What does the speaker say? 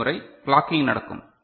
345 முறை கிளாக்கிங் நடக்கும்